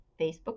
Facebook